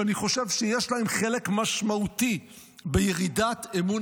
שאני חושב שיש להם חלק משמעותי בירידת אמון